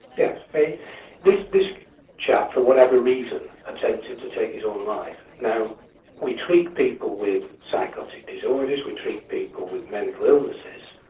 yeah this chap, for whatever reason, attempted to take his own life. now we treat people with psychotic disorders, we treat people with mental illnesses.